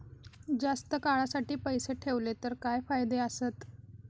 जास्त काळासाठी पैसे ठेवले तर काय फायदे आसत?